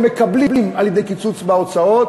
הם מקבלים על-ידי קיצוץ בהוצאות,